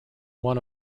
one